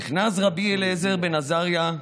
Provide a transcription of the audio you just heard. נכנס רבי אליעזר בן עזריה,